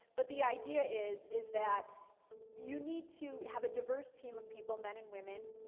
but the idea is is that you need to have a diverse team of people, men and women,